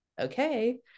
okay